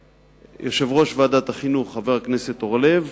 שיושב-ראש ועדת החינוך, חבר הכנסת אורלב,